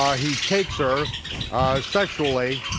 um he takes her sexually,